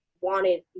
wanted